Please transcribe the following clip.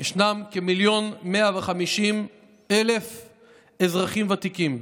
ישנם כמיליון ו-150,000 אזרחים ותיקים.